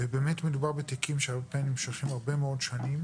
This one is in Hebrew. ובאמת מדובר בתיקים שהרבה פעמים נמשכים הרבה מאוד שנים